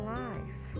life